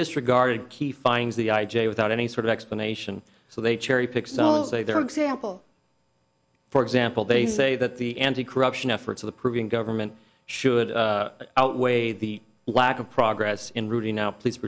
disregarded key finds the i j a without any sort of explanation so they cherry picks all say their example for example they say that the anti corruption efforts of the proving government should outweigh the lack of progress in rooting out police